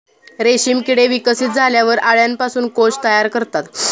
रेशीम किडे विकसित झाल्यावर अळ्यांपासून कोश तयार करतात